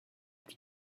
plus